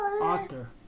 author